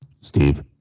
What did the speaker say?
Steve